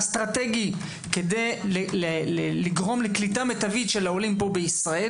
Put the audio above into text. אסטרטגי כדי לגרום לקליטה מיטבית של העולים פה בישראל.